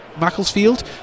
Macclesfield